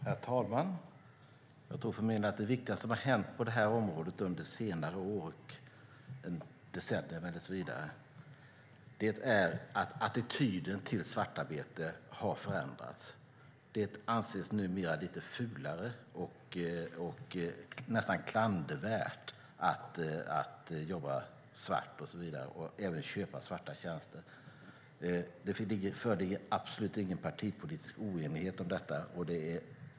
Herr talman! Jag tror för min del att det viktigaste som har hänt på det här området under senare år, ett decennium eller så, är att attityden till svartarbete har förändrats. Det anses numera lite fulare och nästan klandervärt att jobba svart och även att köpa svarta tjänster. Det föreligger absolut inte någon partipolitisk oenighet om detta.